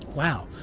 wow.